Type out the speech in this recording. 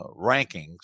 rankings